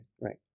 Right